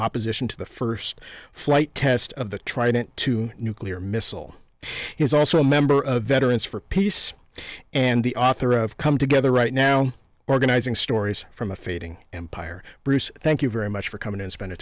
opposition to the first flight test of the trident two nuclear missile he is also a member of veterans for peace and the author of come together right now organizing stories from a fading empire bruce thank you very much for coming and spend